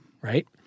Right